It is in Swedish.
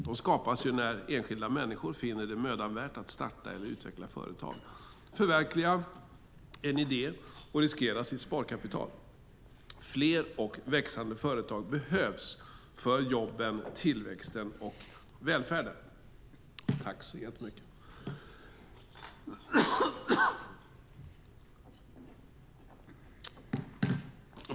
De skapas när enskilda människor finner det mödan värt att starta eller utveckla ett företag, förverkliga en idé och riskera sitt sparkapital. Fler och växande företag behövs för jobben, tillväxten och välfärden.